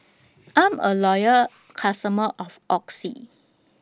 I'm A Loyal customer of Oxy